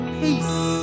peace